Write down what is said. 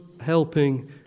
helping